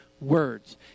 words